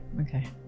Okay